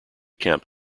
camp